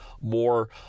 more